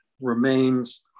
remains